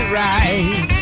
right